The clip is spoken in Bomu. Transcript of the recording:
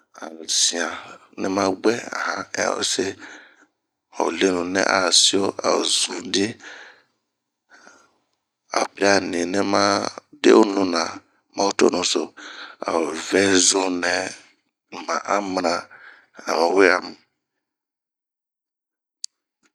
Oyi we lenu, a han sian nɛma bwuɛ ,ho lenu nɛ ah sio ao zun din a o piria ni nɛ ma, de oo nuna ma ho tonuso ,a o vɛ zun nɛ ma'an mana